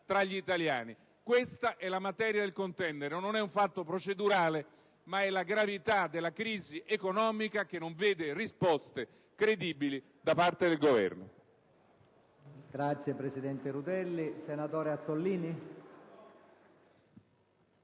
tra gli italiani. Questa è la materia del contendere. Non è un fatto procedurale, ma è la gravità della crisi economica che non vede risposte credibili da parte del Governo